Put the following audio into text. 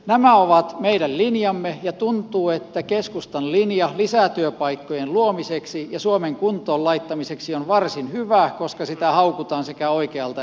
nämä ovat meidän linjamme ja tuntuu että keskustan linja lisätyöpaikkojen luomiseksi ja suomen kuntoon laittamiseksi on varsin hyvä koska sitä haukutaan sekä oikealta että vasemmalta